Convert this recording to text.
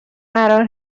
قرار